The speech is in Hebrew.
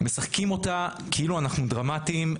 משחקים אותה כאילו אנחנו דרמטיים,